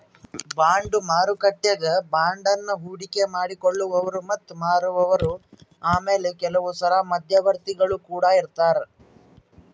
bond ಮಾರುಕಟ್ಟೆಗ ಬಾಂಡನ್ನ ಹೂಡಿಕೆ ಮಾಡಿ ಕೊಳ್ಳುವವರು ಮತ್ತೆ ಮಾರುವವರು ಆಮೇಲೆ ಕೆಲವುಸಲ ಮಧ್ಯವರ್ತಿಗುಳು ಕೊಡ ಇರರ್ತರಾ